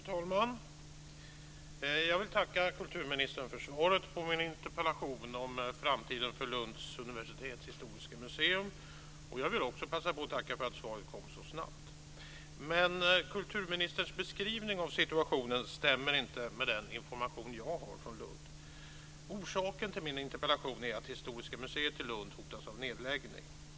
Fru talman! Jag vill tacka kulturministern för svaret på min interpellation om framtiden för Lunds universitets historiska museum. Jag vill också passa på att tacka för att svaret kom så snabbt. Men kulturministerns beskrivning av situationen stämmer inte med den information som jag har från Lund. Orsaken till min interpellation är att Historiska museet i Lund hotas av nedläggning.